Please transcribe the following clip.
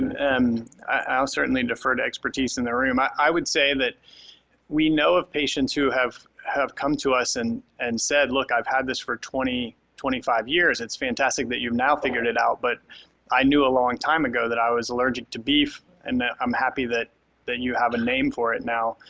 and i'll certainly defer the expertise in the room. i i would say that we know of patients who have have come to us and and said, look, i've had this for twenty twenty five years. it's fantastic that you've now figured it out. but i knew a long time ago that i was allergic to beef and that i'm happy that that you have a name for it now.